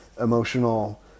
emotional